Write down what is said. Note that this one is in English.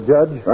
Judge